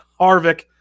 Harvick